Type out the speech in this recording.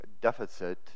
deficit